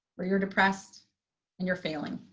or you're depressed and you're failing.